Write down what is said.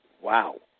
Wow